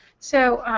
so